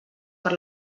per